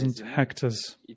hectares